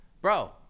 bro